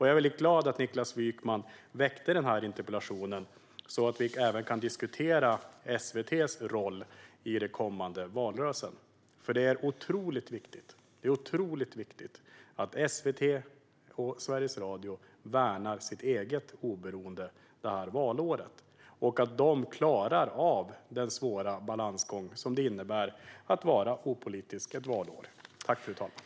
Jag är glad att Niklas Wykman ställde denna interpellation så att vi även kan diskutera SVT:s roll i den kommande valrörelsen. Det är otroligt viktigt att SVT och Sveriges Radio värnar sitt eget oberoende detta valår och att de klarar av den svåra balansgång som det innebär att vara opolitisk ett valår.